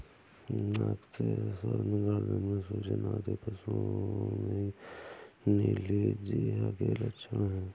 नाक से स्राव, गर्दन में सूजन आदि पशुओं में नीली जिह्वा के लक्षण हैं